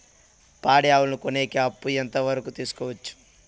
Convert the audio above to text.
పాడి ఆవులని కొనేకి అప్పు ఎంత వరకు తీసుకోవచ్చు?